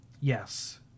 yes